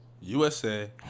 USA